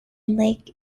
lake